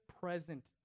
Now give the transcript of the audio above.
present